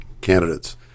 candidates